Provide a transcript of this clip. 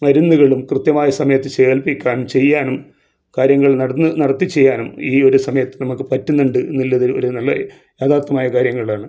മരുന്നുകളും കൃത്യമായ സമയത്ത് ശേകരിപ്പിക്കാനും ചെയ്യാനും കാര്യങ്ങൾ നടന്ന് നടത്തി ചെയ്യാനും ഈ ഒര് സമയത്ത് നമുക്ക് പറ്റുന്നുണ്ട് എന്നുള്ളത് ഒര് നല്ല യാഥാർഥ്യമായ കാര്യങ്ങളാണ്